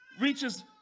reaches